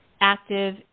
active